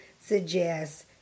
suggest